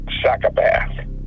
psychopath